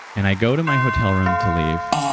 and i go to my hotel room to leave,